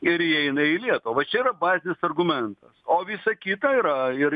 ir įeina į lietuvą va čia yra bazinis argumentas o visa kita yra ir